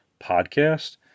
podcast